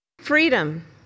Freedom